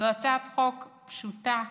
זו הצעת חוק פשוטה,